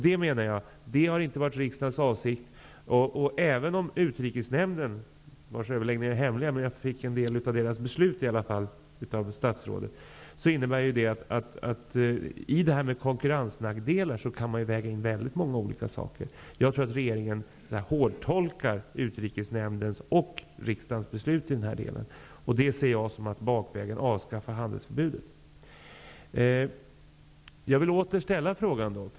Jag menar att detta inte har varit riksdagens avsikt. Utrikesnämndens överläggningar är hemliga, men statsrådet talade om en del av nämndens beslut. Det innebär att i begreppet konkurrensnackdelar kan man väga in väldigt många olika saker. Jag tror att regeringen hårdtolkar Utrikesnämndens och riksdagens beslut i det här avseendet. Det ser jag som att man avskaffar handelsförbudet bakvägen.